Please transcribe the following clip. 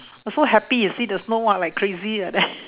I was so happy you see the snow !wah! like crazy like that